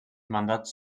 mandats